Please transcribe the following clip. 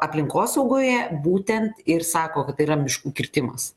aplinkosaugoje būtent ir sako kad tai yra miškų kirtimas